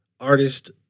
artist